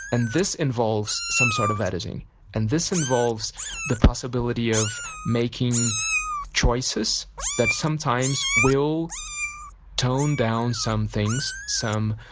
and this involves some sort of editing and this involves the possibility of making choices that sometimes will tone down some things, some